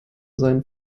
seinen